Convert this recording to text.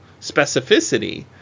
specificity